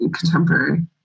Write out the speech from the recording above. contemporary